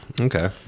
Okay